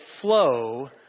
flow